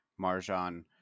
Marjan